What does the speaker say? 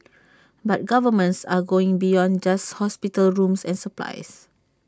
but governments are going beyond just hospital rooms and supplies